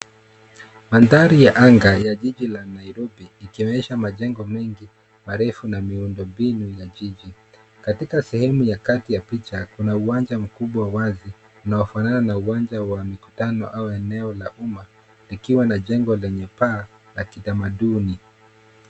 Mandhari ya anga ya jiji la Nairobi ikionyesha majengo mengi marefu na miundo mbinu ya jiji. Katika sehemu ya kati ya picha kuna uwanja mkubwa wazi na unaofanana na uwanja wa mkutano au eneo la uma likiwa na jengo lenye paa la kitamaduni.